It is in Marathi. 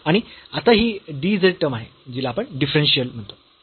आणि आता ही dz टर्म आहे जिला आपण डिफरन्शियल म्हणतो